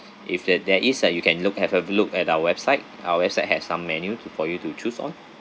if there there is ah you can look have a look at our website our website have some menu to for you to choose on